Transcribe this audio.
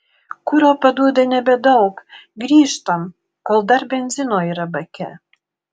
kuro paduoda nebedaug grįžtam kol dar benzino yra bake